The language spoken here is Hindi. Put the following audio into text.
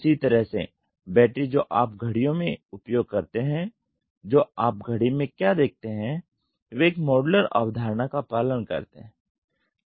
उसी तरह से बैटरी जो आप घड़ियों में उपयोग करते हैं जो आप घड़ी में क्या देखते हैं वे एक मॉड्यूलर अवधारणा का पालन करते हैं